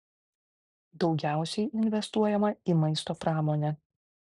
daugiausiai investuojama į maisto pramonę